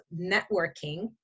networking